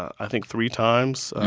i think, three times.